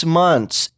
months